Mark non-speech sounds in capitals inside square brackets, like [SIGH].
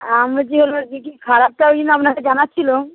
হ্যাঁ [UNINTELLIGIBLE] আপনাকে জানাচ্ছিলুম